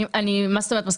מה זאת אומרת?